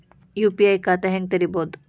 UPI ಖಾತಾ ಹೆಂಗ್ ತೆರೇಬೋದು?